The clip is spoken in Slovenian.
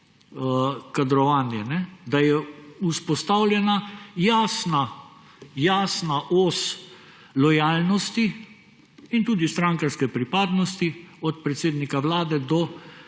kadrovanje, da je vzpostavljena jasna os lojalnosti in tudi strankarske pripadnosti od predsednika Vlade do